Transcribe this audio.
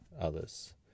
others